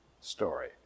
story